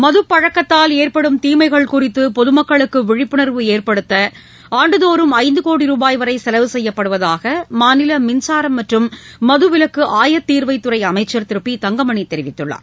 மதுப்பழக்கத்தால் ஏற்படும் தீமைகள் குறித்து பொதுமக்களுக்கு விழிப்புணர்வு ஏற்படுத்த ஆண்டுதோறும் ஐந்து கோடி ரூபாய் வரை செலவு செய்யப்படுவதாக மாநில மின்சாரம் மற்றும் மதுவிலக்கு ஆயத்தீர்வைத்துறை அமைச்சர் திரு பி தங்கமணி தெரிவித்துள்ளார்